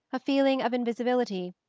a feeling of invisibility,